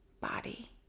body